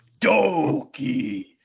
Doki